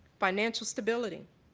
financial stability.